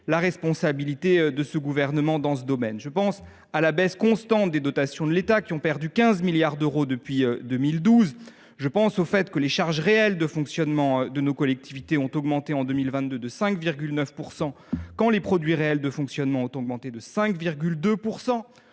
la responsabilité du Gouvernement dans ce domaine. Je pense à la baisse constante des dotations de l’État, qui ont perdu 15 milliards d’euros depuis 2012, au fait que les charges réelles de fonctionnement de nos collectivités ont augmenté en 2022 de 5,9 %, quand les produits réels de fonctionnement ont augmenté de 5,2 %.